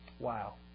Wow